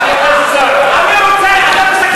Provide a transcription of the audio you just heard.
אני רוצה להציל את הילדים שלך.